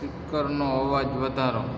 સ્પીકરનો અવાજ વધારો